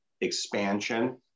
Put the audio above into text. expansion